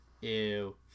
Ew